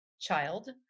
child